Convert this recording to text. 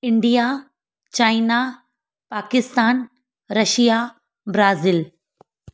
India China Pakistan Russia Brazil